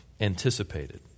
anticipated